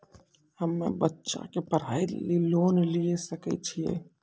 हम्मे बच्चा के पढ़ाई लेली लोन लिये सकय छियै?